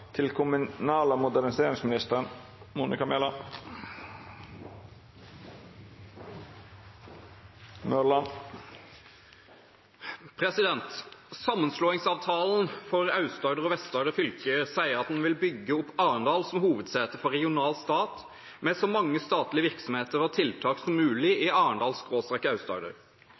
for Aust-Agder og Vest-Agder fylker sier at man vil «bygge opp Arendal som hovedsete for regional stat, med så mange statlige virksomheter og tiltak som mulig